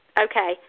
okay